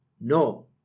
No